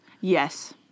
Yes